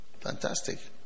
Fantastic